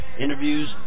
interviews